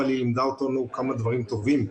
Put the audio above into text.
אבל היא לימדה אותנו כמה דברים טובים.